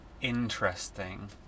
interesting